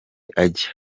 ajya